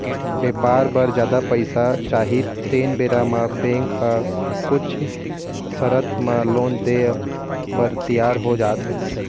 बेपार बर जादा पइसा चाही तेन बेरा म बेंक ह कुछ सरत म लोन देय बर तियार हो जाथे